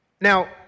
Now